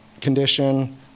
condition